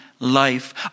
Life